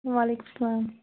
وعلیکُم سَلام